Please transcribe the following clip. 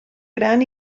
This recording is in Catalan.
gran